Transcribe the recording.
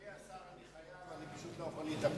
אדוני השר, אני חייב, אני פשוט לא יכול להתאפק.